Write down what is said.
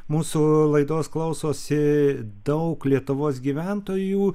mūsų lai laidos klausosi daug lietuvos gyventojų